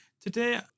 today